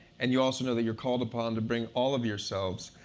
and you also know that you're called upon to bring all of yourselves,